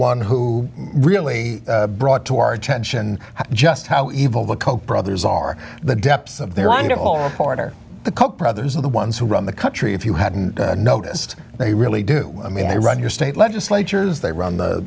one who really brought to our attention just how evil the koch brothers are the depths of their anger all reporter the koch brothers are the ones who run the country if you hadn't noticed they really do i mean they run your state legislatures they run the